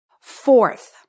Fourth